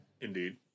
Indeed